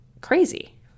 crazy